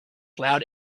loud